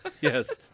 Yes